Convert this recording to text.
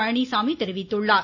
பழனிச்சாமி தெரிவித்துள்ளா்